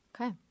Okay